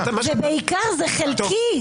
ולדי -- זה בעיקר חלקי.